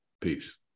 Peace